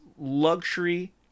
luxury